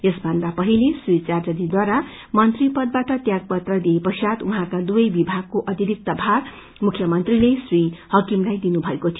यसभन्दा पहिले श्री च्याटर्जीद्वार मंत्री पदबाट त्याग पत्र दिए पश्चात उहाँका दुवै विभागको अतिरिक्त भार मुख्यमंत्रीले श्री हाकिमलाई दिनुभएको थियो